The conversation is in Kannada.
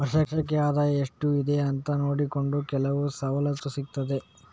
ವಾರ್ಷಿಕ ಆದಾಯ ಎಷ್ಟು ಇದೆ ಅಂತ ನೋಡಿಕೊಂಡು ಕೆಲವು ಸವಲತ್ತು ಸಿಗ್ತದೆ